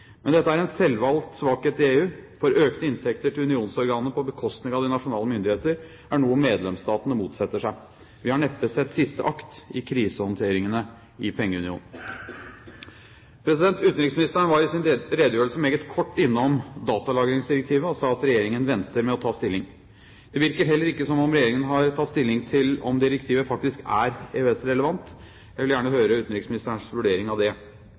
Men dette er en selvvalgt svakhet i EU, for økte inntekter til unionsorganene på bekostning av de nasjonale myndigheter er noe medlemsstatene motsetter seg. Vi har neppe sett siste akt i krisehåndteringene i pengeunionen. Utenriksministeren var i sin redegjørelse meget kort innom datalagringsdirektivet, og sa at Regjeringen venter med å ta stilling. Det virker heller ikke som om Regjeringen har tatt stilling til om direktivet faktisk er EØS-relevant. Jeg vil gjerne høre utenriksministerens vurdering av det.